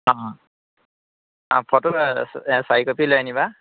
অঁ অঁ ফটো চাৰি কপি লৈ আনিবা